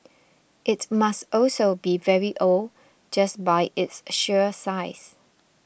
it must also be very old just by its sheer size